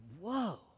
whoa